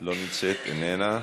לא נמצאת, איננה.